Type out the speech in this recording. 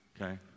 okay